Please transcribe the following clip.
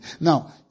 Now